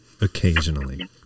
Occasionally